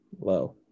low